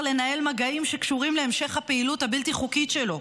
לנהל מגעים שקשורים להמשך הפעילות הבלתי חוקית שלו,